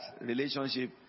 relationship